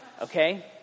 Okay